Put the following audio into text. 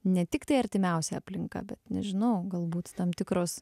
ne tiktai artimiausia aplinka bet nežinau galbūt tam tikros